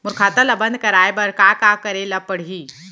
मोर खाता ल बन्द कराये बर का का करे ल पड़ही?